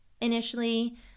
initially